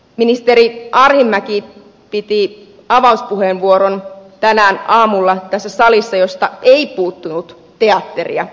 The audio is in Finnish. ministeri arhinmäki käytti avauspuheenvuoron tänään aamulla tässä salissa josta ei puuttunut teatteria